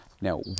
now